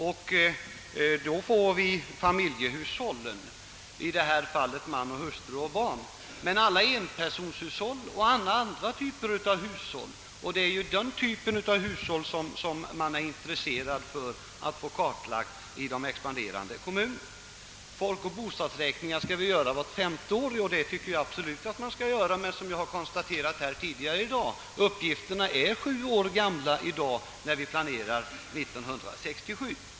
Man identifierar alltså familjehushåll — man, hustru och barn — men inte enpersonshushåll och alla andra typer av hushåll. Det är dock dessa typer av hushåll man är intresserad av att få kartlagda i expanderande kommuner. Folkoch bostadsräkningar skall göras vart femte år, och det anser jag vara riktigt. Uppgifterna är emellertid sju år gamla när vi nu, år 1967, planerar 1967.